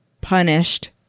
punished